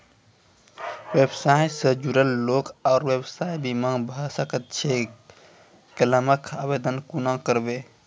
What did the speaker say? व्यवसाय सॅ जुड़ल लोक आर व्यवसायक बीमा भऽ सकैत छै? क्लेमक आवेदन कुना करवै?